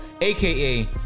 aka